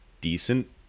decent